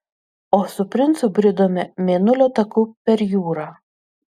o su princu bridome mėnulio taku per jūrą